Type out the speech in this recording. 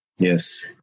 Yes